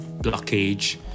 blockage